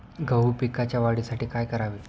गहू पिकाच्या वाढीसाठी काय करावे?